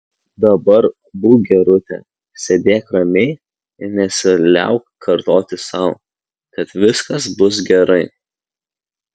dabar būk gerutė sėdėk ramiai ir nesiliauk kartoti sau kad viskas bus gerai